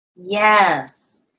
Yes